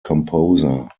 composer